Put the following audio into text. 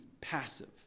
passive